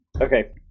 Okay